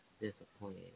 disappointed